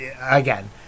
again